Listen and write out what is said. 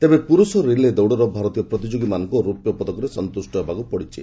ତେବେ ପୁରୁଷ ରିଲେ ଦୌଡ଼ର ଭାରତୀୟ ପ୍ରତିଯୋଗୀମାନଙ୍କୁ ରୌପ୍ୟ ପଦକରେ ସନ୍ତୁଷ୍ଟ ହେବାକୁ ପଡ଼ିଛି